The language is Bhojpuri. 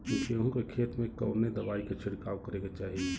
गेहूँ के खेत मे कवने दवाई क छिड़काव करे के चाही?